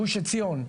גוש עציון,